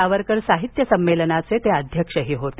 सावरकर साहित्य संमेलनाचे ते अध्यक्षही होते